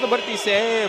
dabar teisėjai